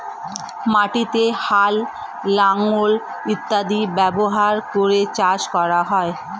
মাটিতে হাল, লাঙল ইত্যাদি ব্যবহার করে চাষ করা হয়